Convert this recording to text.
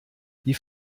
die